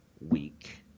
week